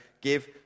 give